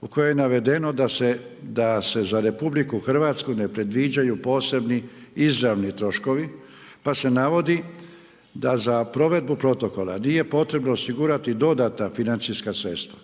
u kojoj je navedeno da se za RH ne predviđaju posebni izravni troškovi, pa se navodi da za provedbu protokola nije potrebno osigurati dodatna financijska sredstva.